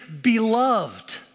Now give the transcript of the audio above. beloved